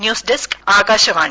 news desk Akashvani